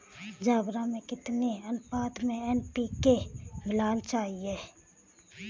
ज्वार में कितनी अनुपात में एन.पी.के मिलाना चाहिए?